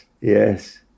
yes